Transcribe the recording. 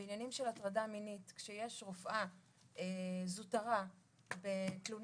בעניינים של הטרדה מינית כשיש רופאה זותרה בתלונה